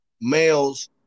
males